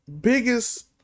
biggest